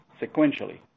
sequentially